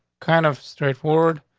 kind of straightforward.